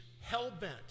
hell-bent